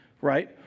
right